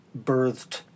birthed